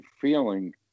feeling